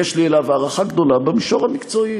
יש לי אליו הערכה גדולה במישור המקצועי.